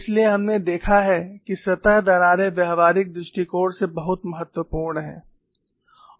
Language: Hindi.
इसलिए हमने देखा है कि सतह दरारें व्यावहारिक दृष्टिकोण से बहुत महत्वपूर्ण हैं